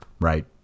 Right